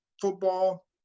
football